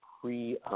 pre-